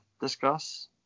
discuss